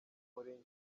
umurenge